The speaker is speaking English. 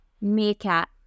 Meerkat